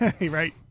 Right